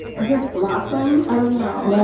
i guess, blossom i don't know.